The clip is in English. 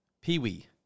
Pee-wee